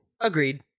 Agreed